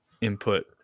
input